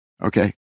Okay